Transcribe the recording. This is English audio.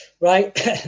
right